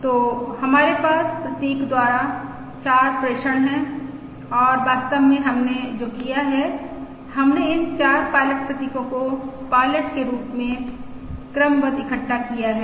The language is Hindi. तो हमारे पास प्रतीक द्वारा 4 प्रेषण हैं और वास्तव में हमने जो किया है हमने इन 4 पायलट प्रतीकों को पायलट के रूप में क्रमबद्ध इक्कठा किया हैं